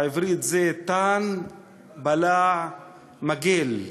בעברית זה תן בלע מגֵל.